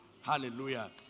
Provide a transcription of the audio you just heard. Hallelujah